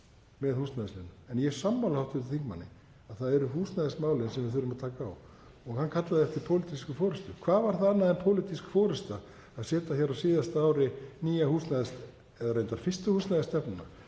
með húsnæðisliðnum. En ég er sammála hv. þingmanni að það eru húsnæðismálin sem við þurfum að taka á. Hann kallaði eftir pólitískri forystu. Hvað var það annað en pólitísk forysta að setja hér á síðasta ári nýja húsnæðisstefnu og reyndar fyrstu húsnæðisstefnuna,